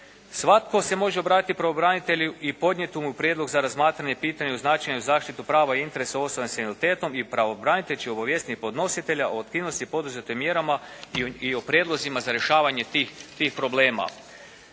Svatko se može obratiti pravobranitelji i podnijeti mu prijedlog za razmatranje pitanja uz značajnu zaštitu prava i interesa osoba sa invaliditetom. I pravobranitelj će obavijestiti podnositelj o poduzetim mjerama i o prijedlozima za rješavanje tih problema.